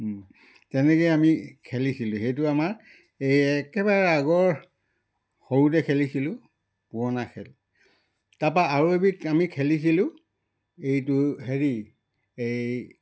তেনেকৈয়ে আমি খেলিছিলোঁ সেইটো আমাৰ এই একেবাৰে আগৰ সৰুতে খেলিছিলোঁ পুৰণা খেল তাৰপৰা আৰু এবিধ আমি খেলিছিলোঁ এইটো হেৰি এই